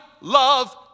love